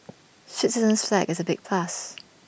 Switzerland's flag is A big plus